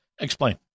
Explain